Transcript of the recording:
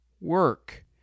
work